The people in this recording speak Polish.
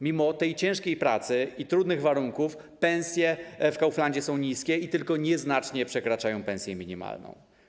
Mimo tej ciężkiej pracy i trudnych warunków pensje w Kauflandzie są niskie i tylko nieznacznie przekraczają pensję minimalną.